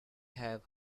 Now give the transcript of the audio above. have